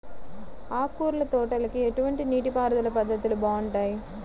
ఆకుకూరల తోటలకి ఎటువంటి నీటిపారుదల పద్ధతులు బాగుంటాయ్?